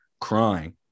crying